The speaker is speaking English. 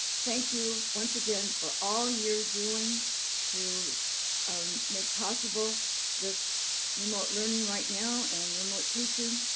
thank you once again for all you're doing to um make possible this remote learning right now and remote teaching,